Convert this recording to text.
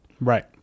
Right